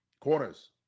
Corners